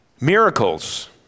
miracles